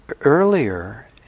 earlier